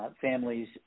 families